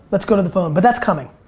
let's go to the phone. but that's coming.